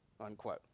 Unquote